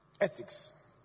Ethics